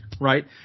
right